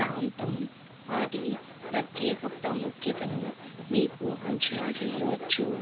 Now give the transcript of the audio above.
ప్రాంతం వాటి ప్రత్యేక ప్రాముఖ్యతను మీకు అంచనా చెయ్యవచ్చు